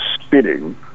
spinning